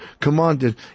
commanded